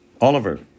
Oliver